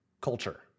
culture